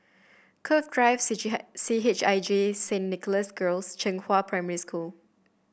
Cove Drive C H I J Saint Nicholas Girls and Zhenghua Primary School